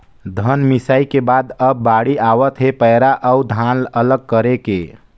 धन मिंसई के बाद अब बाड़ी आवत हे पैरा अउ धान अलग करे के